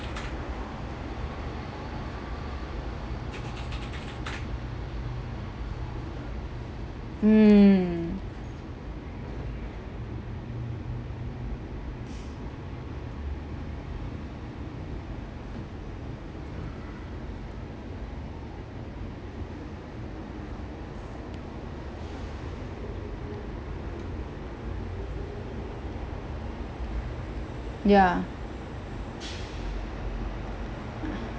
mm ya